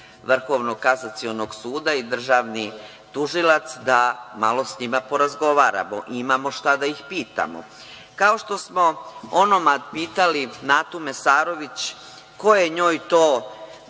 Vrhovnog kasacionog suda i Državni tužilac, da malo sa njima porazgovaramo, imamo šta da ih pitamo. Kao što smo onomad pitali Natu Mesarević ko je njoj to